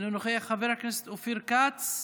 אינו נוכח, חבר הכנסת אופיר כץ,